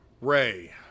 Ray